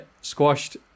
squashed